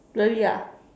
really ah